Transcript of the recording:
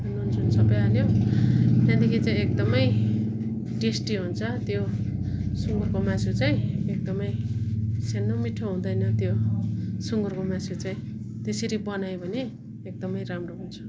नुन सुन सबै हाल्यो त्यहाँदेखि चाहिँ एकदमै टेस्टी हुन्छ त्यो सुँगुरको मासु चाहिँ एकदमै सानो मिठो हुँदैन त्यो सुँगुरको मासु चाहिँ त्यसरी बनायो भने एकदमै राम्रो हुन्छ